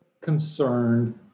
concerned